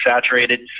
saturated